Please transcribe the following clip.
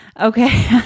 Okay